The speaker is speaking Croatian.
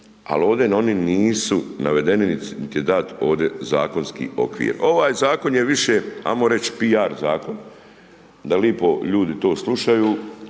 al ovdje oni nisu navedeni, nit je dat ovdje zakonski okvir. Ovaj Zakon je više, ajmo reć, piar Zakon, da lipo ljudi to slušaju,